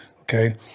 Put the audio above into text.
okay